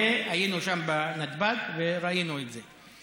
היינו שם, בנתב"ג, וראינו את זה.